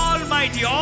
Almighty